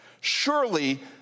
Surely